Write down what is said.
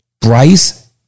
Bryce